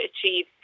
achieve